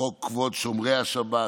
חוק כבוד שומרי השבת,